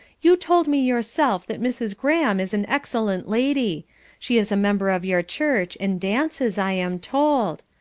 you told me yourself that mrs. graham is an excellent lady she is a member of your church, and dances, i am told.